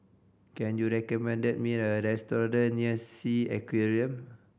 can you recommend me a restaurant near Sea Aquarium